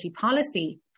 policy